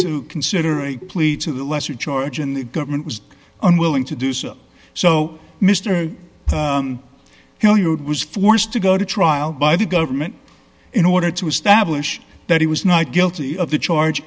to consider a plea to the lesser charge and the government was unwilling to do so so mister hilliard was forced to go to trial by the government in order to establish that he was not guilty of the charge